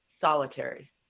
solitary